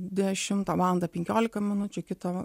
dešimtą valandą penkiolika minučių kitą